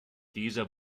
dieser